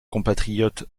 compatriote